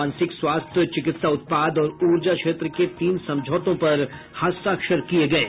मानसिक स्वास्थ्य चिकित्सा उत्पाद और ऊर्जा क्षेत्र के तीन समझौतों पर हस्ताक्षर किये गये